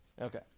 Okay